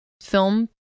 film